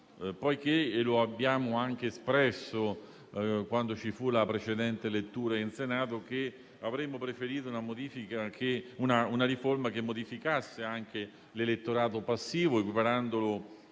parziale e lo abbiamo anche espresso in occasione della precedente lettura in Senato, perché avremmo preferito una riforma che modificasse anche l'elettorato passivo, equiparandolo